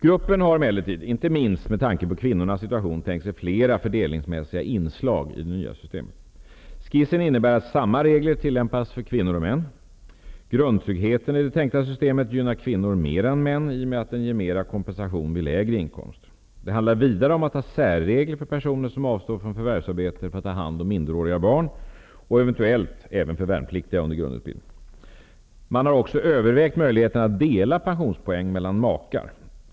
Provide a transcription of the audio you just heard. Gruppen har emellertid, inte minst med tanke på kvinnornas situation, tänkt sig flera fördelningsmässiga inslag i det nya systemet. Skissen innebär att samma regler tillämpas för kvinnor och män. Grundtryggheten i det tänkta systemet gynnar kvinnor mera än män i och med att den ger mera kompensation vid lägre inkomster. Det handlar vidare om att ha särregler för personer som avstår från förvärvsarbete för att ta hand om minderåriga barn och eventuellt även för värnpliktiga under grundutbildning. Man har också övervägt möjligheten att dela pensionspoäng mellan makar.